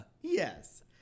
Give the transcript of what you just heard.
Yes